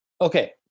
Okay